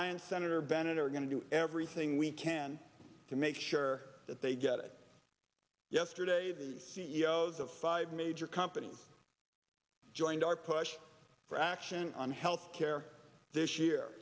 i and senator bennett are going to do everything we can to make sure that they get it yesterday the c e o s of five major companies joined our push for action on health care this year